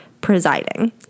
presiding